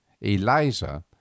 eliza